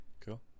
cool